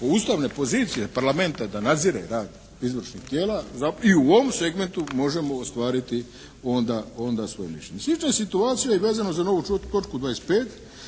ustavne pozicije Parlamenta da nadzire rad izvršnih tijela i u ovom segmentu možemo ostvariti onda svoje mišljenje. Slična situacija je vezana uz novu točku 25.